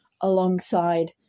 alongside